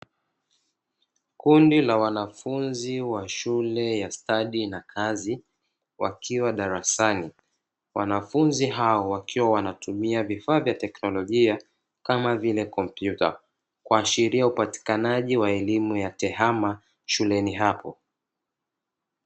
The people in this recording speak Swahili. Kundi la wanafunzi wa shule ya stadi na kazi wakiwa darasani wanafunzi hawa, wakiwa wanatumia vifaa vya tekinolojia kama vile kompyuta kuashiria upatikanaji wa elimu ya tehama shuleni hapo.